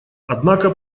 однако